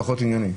פחות ענייני.